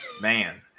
Man